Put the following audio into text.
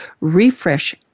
Refresh